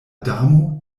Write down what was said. damo